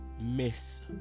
miss